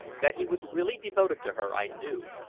that he was really devoted to her, i knew.